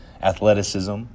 athleticism